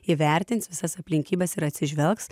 įvertins visas aplinkybes ir atsižvelgs